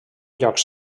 llocs